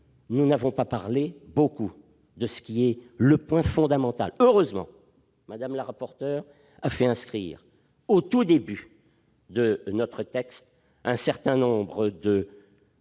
nous n'avons pas beaucoup parlé de ce qui est le point fondamental. Heureusement, Mme la rapporteur a fait inscrire au tout début de notre texte un certain nombre